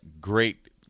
great